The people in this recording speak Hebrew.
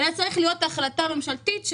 צריכה להיות החלטה ממשלתית,